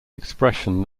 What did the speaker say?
expression